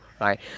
right